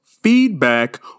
feedback